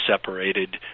separated